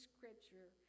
Scripture